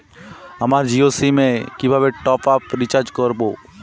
আমার জিও সিম এ কিভাবে টপ আপ রিচার্জ করবো?